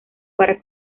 para